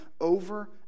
over